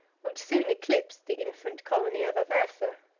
which soon eclipsed the infant colony of aversa.